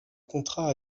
contrat